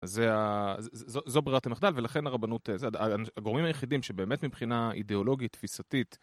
אז זו ברירת המחדל ולכן הרבנות, זה הגורמים היחידים שבאמת מבחינה אידאולוגית תפיסתית.